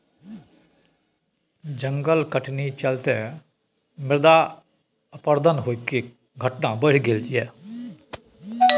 जंगल कटनी चलते मृदा अपरदन होइ केर घटना बढ़ि गेलइ यै